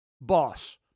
Boss